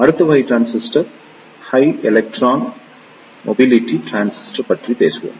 அடுத்த வகை transistor high electron mobility transistor பற்றி பேசுவோம்